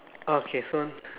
oh okay so